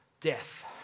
death